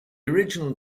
original